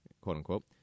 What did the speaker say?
quote-unquote